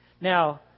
Now